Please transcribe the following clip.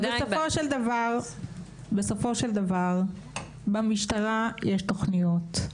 בסופו של דבר, במשטרה יש תוכניות,